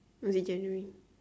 must be january